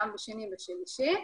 גם בשני ובשלישי.